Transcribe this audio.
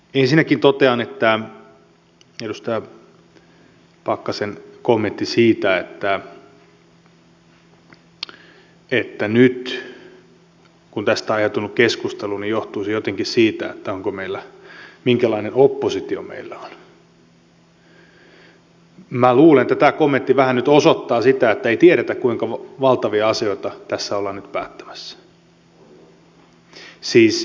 ensinnäkin totean mitä tulee edustaja pakkasen kommenttiin siitä että nyt tästä aiheutunut keskustelu johtuisi jotenkin siitä minkälainen oppositio meillä on niin minä luulen että tämä kommentti vähän nyt osoittaa sitä ettei tiedetä kuinka valtavia asioita tässä ollaan nyt päättämässä